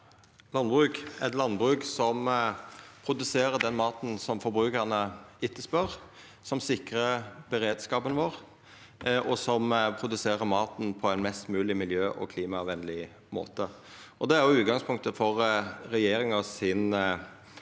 landbruk er eit landbruk som produserer den maten forbrukarane etterspør, som sikrar beredskapen vår, og som produserer maten på ein mest mogleg miljø- og klimavenleg måte. Det er òg utgangspunktet for regjeringa sin